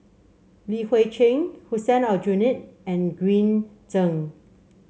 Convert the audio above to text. Li Hui Cheng Hussein Aljunied and Green Zeng